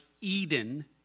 Eden